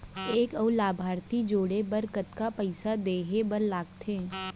एक अऊ लाभार्थी जोड़े बर कतका पइसा देहे बर लागथे?